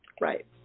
Right